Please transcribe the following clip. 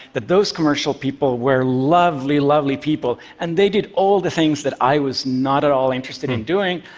that those commercial people were lovely, lovely people. and they did all the things that i was not at all interested in doing,